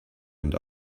and